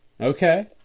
Okay